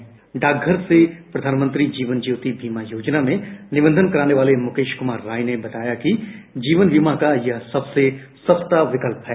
bank से प्रधानमंत्री जीवन ज्योति बीमा योजना में निबंधन कराने वाले मुकेश कुमार राय ने बताया कि जीवन बीमा का यह सबसे सस्ता विकल्प है